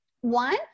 one